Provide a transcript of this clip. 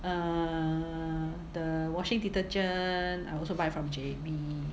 err the washing detergent I also buy from J_B